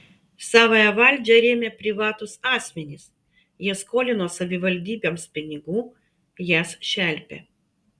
savąją valdžią rėmė privatūs asmenys jie skolino savivaldybėms pinigų jas šelpė